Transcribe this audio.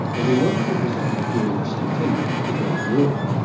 and we wanted to visit it during the centenary of the great war.